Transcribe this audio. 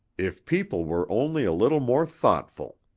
if people were only a little more thoughtful.